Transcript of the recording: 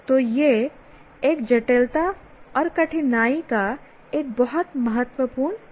तो यह एक जटिलता और कठिनाई का एक बहुत महत्वपूर्ण पहलू है